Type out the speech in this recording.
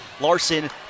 Larson